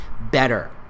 better